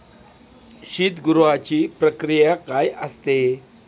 शीतगृहाची प्रक्रिया काय असते?